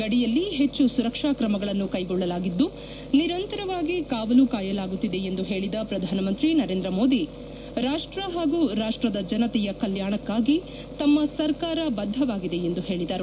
ಗಡಿಯಲ್ಲಿ ಹೆಚ್ಚು ಸುರಕ್ಷಾ ಕ್ರಮಗಳನ್ನು ಕೈಗೊಳ್ಳಲಾಗಿದ್ದು ನಿರಂತರವಾಗಿ ಕಾವಾಲು ಕಾಯಲಾಗುತ್ತಿದೆ ಎಂದು ಪೇಳಿದ ಪ್ರಧಾನಮಂತ್ರಿ ನರೇಂದ್ರ ಮೋದಿ ರಾಷ್ಟ ಪಾಗೂ ರಾಷ್ಟದ ಜನತೆಯ ಕಲ್ಕಾಣಕ್ಕಾಗಿ ತಮ್ಮ ಸರ್ಕಾರ ಬದ್ಧವಾಗಿದೆ ಎಂದು ಹೇಳಿದರು